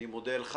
אני מודה לך.